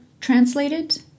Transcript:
translated